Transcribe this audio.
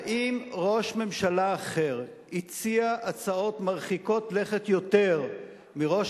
האם ראש ממשלה אחר הציע הצעות מרחיקות לכת יותר מראש